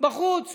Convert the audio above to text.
בחוץ.